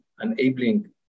enabling